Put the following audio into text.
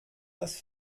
das